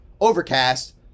overcast